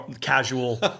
casual